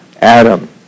Adam